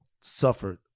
suffered